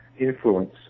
influence